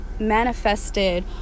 manifested